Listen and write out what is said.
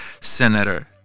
Senator